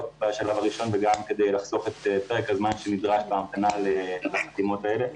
בשלב הראשון וגם כדי לחסוך בפרק הזמן הנדרש בהכנה לחתימות האלה.